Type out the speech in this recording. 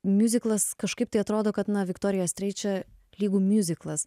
miuziklas kažkaip tai atrodo kad na viktorija streičė lygu miuziklas